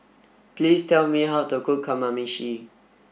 please tell me how to cook Kamameshi